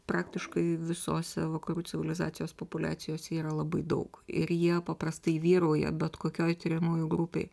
praktiškai visose vakarų civilizacijos populiacijose yra labai daug ir jie paprastai vyrauja bet kokioj tiriamųjų grupėj